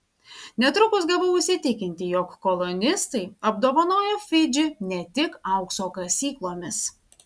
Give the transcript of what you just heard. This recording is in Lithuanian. netrukus gavau įsitikinti jog kolonistai apdovanojo fidžį ne tik aukso kasyklomis